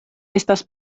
estas